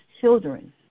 children